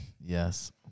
Yes